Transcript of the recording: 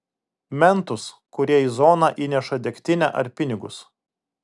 mentus kurie į zoną įneša degtinę ar pinigus